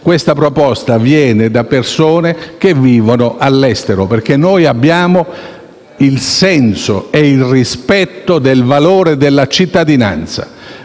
Questa proposta viene da persone che vivono all'estero, perché noi abbiamo il senso e il rispetto del valore della cittadinanza,